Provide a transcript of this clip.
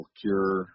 cure